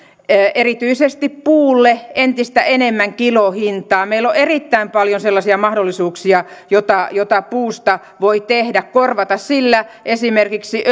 erityisesti puulle entistä enemmän kilohintaa meillä on erittäin paljon sellaisia mahdollisuuksia joita puusta voi tehdä korvata sillä esimerkiksi